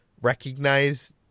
recognize